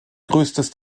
größtes